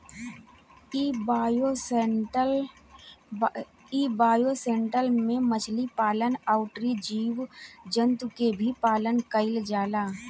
इ बायोशेल्टर में मछली पालन अउरी जीव जंतु के भी पालन कईल जाला